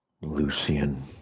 Lucian